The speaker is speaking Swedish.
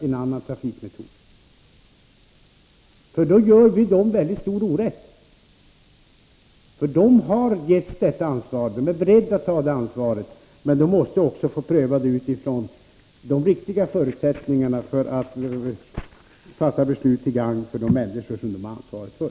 Om vi handlar så gör vi dem en mycket stor orätt. De har givits detta ansvar, och de är beredda att ta det, men de måste också få pröva dessa frågor utifrån de riktiga förutsättningarna för att kunna fatta beslut till gagn för de människor som de har ansvar för.